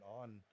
on